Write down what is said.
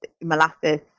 molasses